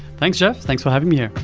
thanks, jeff. thanks for having me here.